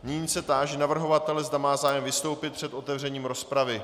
Nyní se táži navrhovatele, zda má zájem vystoupit před otevřením rozpravy.